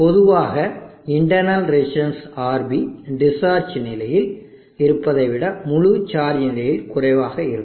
பொதுவாக internal resistance RB discharge நிலையில் இருப்பதை விட முழு சார்ஜ் நிலையில் குறைவாக இருக்கும்